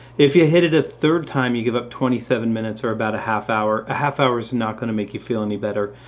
if you hit it a third time, you give up twenty seven minutes or about a half hour. a half hour is not going to make you feel any better.